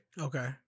Okay